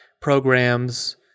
programs